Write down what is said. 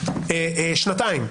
במשך שנתיים,